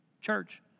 Church